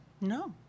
No